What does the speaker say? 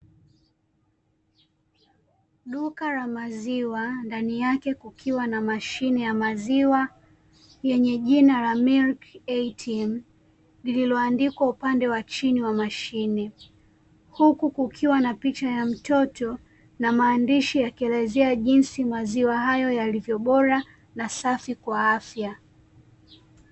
Duka la maziwa, ndani yake kukiwa na mashine ya maziwa yenye jina la "Milk ATM" lililoandikwa upande wa chini wa mashine. Huku kukiwa na picha ya mtoto na maandishi yakielezea jinsi maziwa hayo yalivyo bora na safi kwa afya.